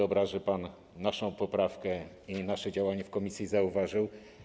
Dobra: że pan naszą poprawkę i nasze działanie w komisji zauważył.